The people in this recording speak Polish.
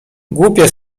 głupie